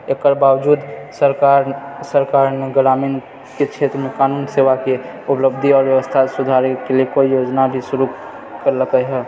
एकर बावजूद सरकार ने ग्रामीणके क्षेत्रमे कानून सेवाके उपलब्धि आओर व्यवस्था सुधारैके लिए कोइ योजना भी शुरू करलकै हँ